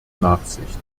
nachsicht